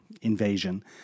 invasion